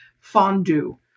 Fondue